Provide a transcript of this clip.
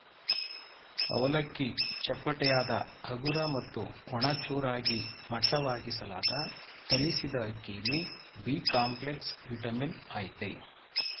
ಅವಲಕ್ಕಿ ಚಪ್ಪಟೆಯಾದ ಹಗುರ ಮತ್ತು ಒಣ ಚೂರಾಗಿ ಮಟ್ಟವಾಗಿಸಲಾದ ತಳಿಸಿದಅಕ್ಕಿಲಿ ಬಿಕಾಂಪ್ಲೆಕ್ಸ್ ವಿಟಮಿನ್ ಅಯ್ತೆ